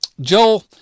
joel